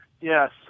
Yes